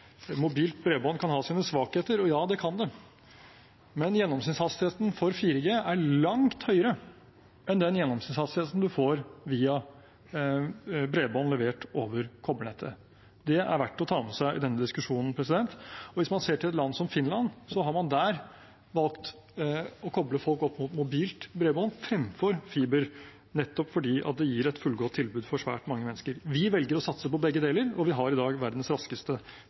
mobilt bredbånd kan ha sine svakheter – og ja, det kan det – at gjennomsnittshastigheten for 4G er langt høyere enn den gjennomsnittshastigheten man får via bredbånd levert over kobbernettet. Det er verdt å ta med seg i denne diskusjonen. Hvis man ser til et land som Finland, har man der valgt å koble folk opp mot mobilt bredbånd fremfor fiber, nettopp fordi det gir et fullgodt tilbud til svært mange mennesker. Vi velger å satse på begge deler, og vi har i dag verdens raskeste